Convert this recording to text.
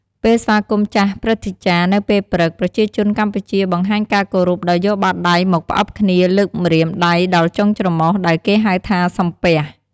ពេលស្វាគមន៍ចាស់ព្រឹទ្ធាចារ្យនៅពេលព្រឹក ប្រជាជនកម្ពុជាបង្ហាញការគោរពដោយយកបាតដៃមកផ្អិបគ្នា លើកម្រាមដៃដល់ចុងច្រមុះ ដែលគេហៅថា «សំពះ»។